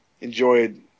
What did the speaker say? enjoyed